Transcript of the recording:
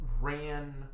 ran